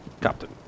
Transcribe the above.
Captain